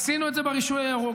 עשינו את זה ברישוי הירוק,